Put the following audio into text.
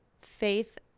faith